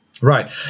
right